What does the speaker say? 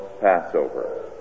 Passover